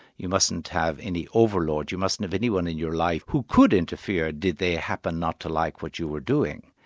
you mustn't have any overlord, you mustn't have anyone in your life who could interfere did they happen not to like what you were doing.